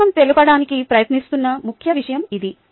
పుస్తకం తెలుపడానికి ప్రయత్నిస్తున్న ముఖ్య విషయం ఇది